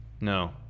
No